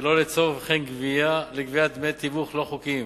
שלא לצורך וכן לגביית דמי תיווך לא חוקיים,